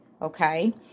Okay